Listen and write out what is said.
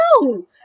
no